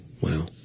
Wow